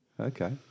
Okay